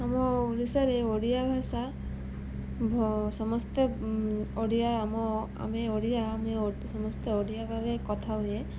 ଆମ ଓଡ଼ିଶାରେ ଓଡ଼ିଆ ଭାଷା ସମସ୍ତେ ଓଡ଼ିଆ ଆମ ଆମେ ଓଡ଼ିଆ ଆମେ ସମସ୍ତେ ଓଡ଼ିଆରେ କଥା ହୁଏ